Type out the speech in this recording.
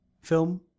film